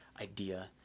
idea